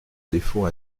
défaut